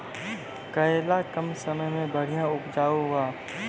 करेला कम समय मे बढ़िया उपजाई बा?